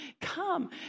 come